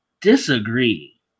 disagree